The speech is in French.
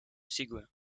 séguin